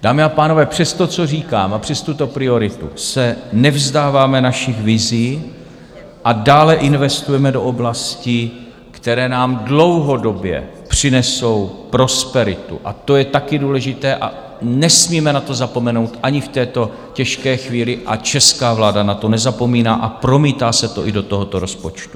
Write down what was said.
Dámy a pánové, přesto, co říkám, a přes tuto prioritu se nevzdáváme našich vizí a dále investujeme do oblastí, které nám dlouhodobě přinesou prosperitu, a to je také důležité, nesmíme na to zapomenout ani v této těžké chvíli, česká vláda na to nezapomíná a promítá se to i do tohoto rozpočtu.